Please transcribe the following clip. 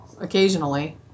occasionally